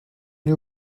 new